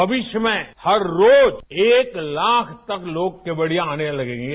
भविष्य में हर रोज एक लाख तक लोग केवडिया आने लगेंगे